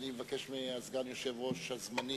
על-פי תפיסת אבות הבית הזה, הראשונים,